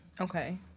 Okay